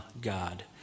God